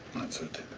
that's it.